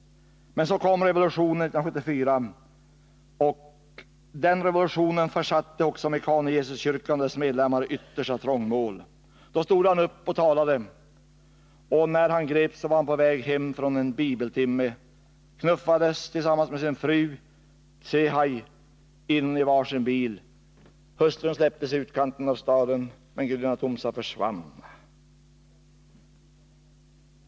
Men så kom revolutionen 1974, och den försatte också Mekane Yesus-kyrkan och dess medlemmar i yttersta trångmål. Då stod han upp och talade. När han greps var han på väg hem från en bibeltimme, han och hans fru Tsehai knuffades in i var sin bil. Hustrun släpptes i utkanten av staden, men Gudina Tomsa försvann.